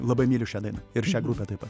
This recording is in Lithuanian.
labai myliu šią dainą ir šią grupę taip pat